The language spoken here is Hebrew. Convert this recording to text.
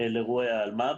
באירועי האלמ"ב.